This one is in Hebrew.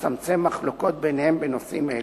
ולצמצם מחלוקות ביניהם בנושאים אלה.